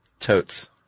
Totes